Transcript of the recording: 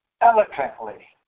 eloquently